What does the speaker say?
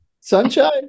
Sunshine